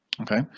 okay